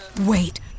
wait